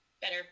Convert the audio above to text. better